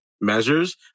measures